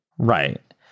Right